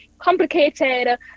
complicated